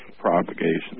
propagation